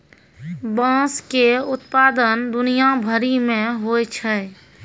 बाँस के उत्पादन दुनिया भरि मे होय छै